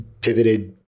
pivoted